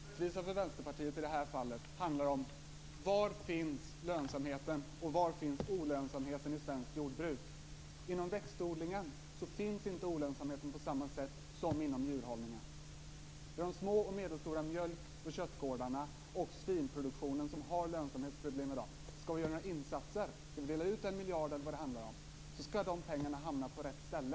Herr talman! Rättvisa för Vänsterpartiet handlar i det här fallet om detta: Var finns lönsamheten och var finns olönsamheten i svenskt jordbruk? Inom växtodlingen finns inte olönsamheten på samma sätt som inom djurhållningen. Det är de små och medelstora mjölk och köttgårdarna och svinproduktionen som har lönsamhetsproblem i dag. Skall vi göra några insatser, skall vi dela ut en miljard eller vad det handlar om, så skall pengarna hamna på rätt ställe.